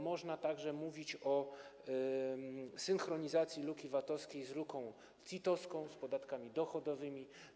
Można także mówić o synchronizacji luki VAT-owskiej z luką CIT-owską, z podatkami dochodowymi.